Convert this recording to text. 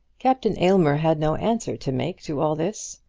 captain aylmer had no answer to make to all this.